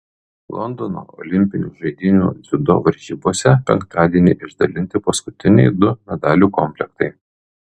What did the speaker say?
londono olimpinių žaidynių dziudo varžybose penktadienį išdalinti paskutiniai du medalių komplektai